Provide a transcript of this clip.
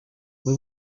but